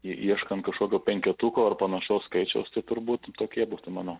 ieškant kažkokio penketuko ar panašaus skaičiaus čia turbūt tokie būtų mano